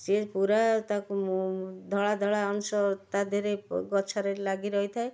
ସିଏ ପୁରା ତାକୁ ଧଳା ଧଳା ଅଂଶ ତା ଦେହରେ ଗଛରେ ଲାଗି ରହିଥାଏ